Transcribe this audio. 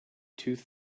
tooth